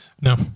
No